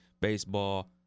baseball